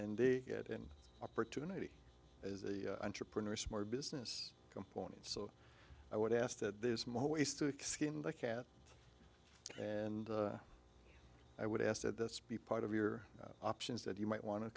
and they get an opportunity as the entrepreneur small business component so i would ask that there's more ways to skin the cat and i would ask that this be part of your options that you might want to